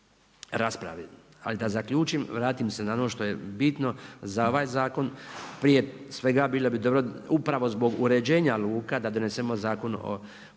Ali da zaključim. Vratim se na ono što je bitno za ovaj zakon. Prije svega, bilo bi dobro upravo zbog uređenja luka da donesemo Zakon o